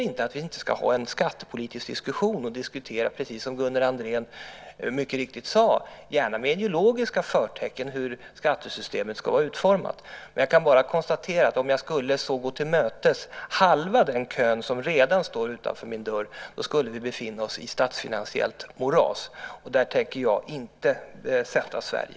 Detta hindrar inte att vi har en skattepolitisk diskussion - gärna, precis som Gunnar Andrén mycket riktigt sade, med ideologiska förtecken - om hur skattesystemet ska vara utformat. Jag kan bara konstatera att även om jag så gick till mötes halva den kö som redan står utanför min dörr skulle vi befinna oss i statsfinansiellt moras. I ett sådant tänker jag inte sätta Sverige.